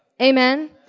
Amen